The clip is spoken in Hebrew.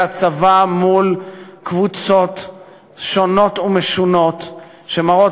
אלא צבא מול קבוצות שונות ומשונות שמראות